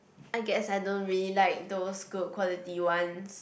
I guess I don't really like those good quality ones